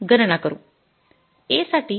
A साठी MPV किती असेल